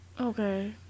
Okay